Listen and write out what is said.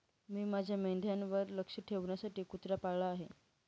मी माझ्या मेंढ्यांवर लक्ष ठेवण्यासाठी कुत्रा पाळला आहे